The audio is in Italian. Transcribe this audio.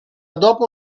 dopo